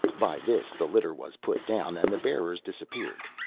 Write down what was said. by this the litter was put down and the bearers disappeared.